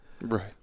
Right